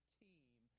team